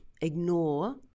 ignore